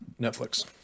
Netflix